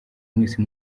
mwese